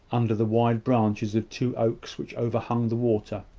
under the wide branches of two oaks which overhung the water.